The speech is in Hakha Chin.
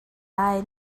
lai